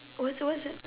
what's what's that